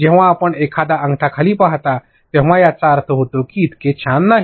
जेव्हा आपण एखादा अंगठा खाली पाहता तेव्हा याचा अर्थ असा होतो की इतके छान नाही